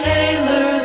Taylor